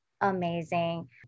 amazing